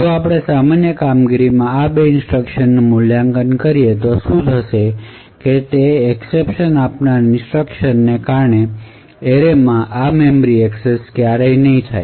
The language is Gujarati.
જો આપણે સામાન્ય કામગીરીમાં આ બે ઇન્સટ્રકશન નું મૂલ્યાંકન કરીએ તો શું થશે તે છે એકસેપશન આપનાર ઇન્સટ્રકશન ને કારણે એરેમાં આ મેમરી એક્સેસ ક્યારેય નહીં થાય